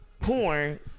porn